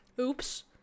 oops